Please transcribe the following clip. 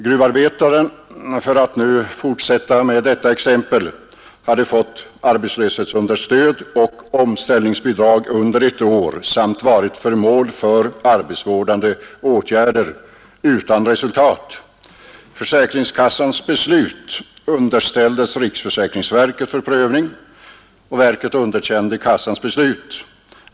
Gruvarbetaren — för att nu fortsätta med detta exempel — hade fått arbetslöshetsunderstöd och omställningsbidrag under ett är samt varit föremal för arbetsvårdande åtgärder utan resultat. Försäkringskassans beslut underställdes riksförsäkringsverket för prövning. Verket underkände kassans beslut.